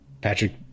Patrick